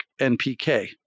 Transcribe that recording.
NPK